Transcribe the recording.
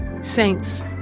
Saints